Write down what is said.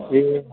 ए